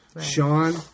Sean